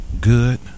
good